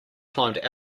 climbed